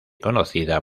conocido